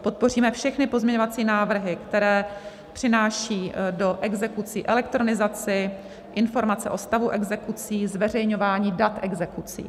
Podpoříme všechny pozměňovací návrhy, které přináší do exekucí elektronizaci, informace o stavu exekucí, zveřejňování dat exekucí.